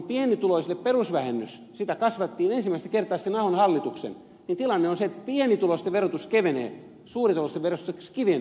kun pienituloisille perusvähennystä kasvatettiin ensimmäistä kertaa sitten ahon hallituksen niin tilanne on se että pienituloisten verotus kevenee suurituloisten verotus kiristyy